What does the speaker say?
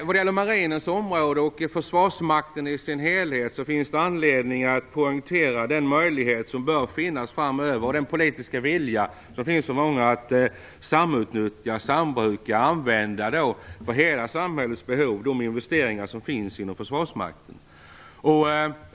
Vad gäller marinens område och försvarsmakten i dess helhet har vi anledning att poängtera den möjlighet som bör finnas framöver och den politiska vilja som finns hos många, att för hela samhällets behov samutnyttja, sambruka och använda de investeringar som gjorts inom försvarsmakten.